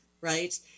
right